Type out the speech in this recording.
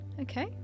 Okay